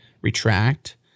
retract